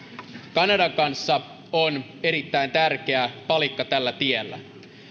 kanadan kanssa on erittäin tärkeä palikka tällä tiellä